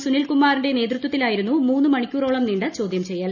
സുനിൽകുമാറിന്റെ നേതൃത്വത്തിലായിരുന്നു മൂന്നു മണിക്കൂറോളം നീണ്ട ചോദൃം ചെയ്യൽ